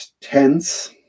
tense